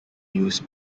use